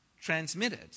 transmitted